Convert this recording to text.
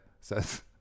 says